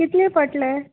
कितले पट्ले